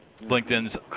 LinkedIn's